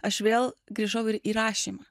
aš vėl grįžau ir į rašymą